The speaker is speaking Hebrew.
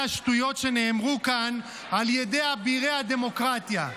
השטויות שנאמרו כאן על ידי אבירי הדמוקרטיה.